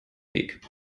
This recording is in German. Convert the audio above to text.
weg